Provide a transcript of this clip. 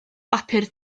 bapur